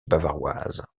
bavaroise